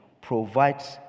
provides